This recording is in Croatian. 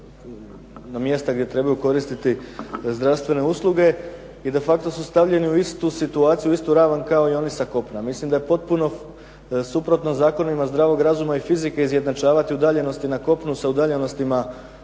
na mjesta gdje trebaju koristiti zdravstvene usluge, i de facto su stavljeni u istu situaciju, u istu ravan kao i oni sa kopna. Mislim da je potpuno suprotno zakonima zdravog razuma i fizike izjednačavati udaljenosti na kopnu, sa udaljenostima